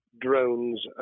drones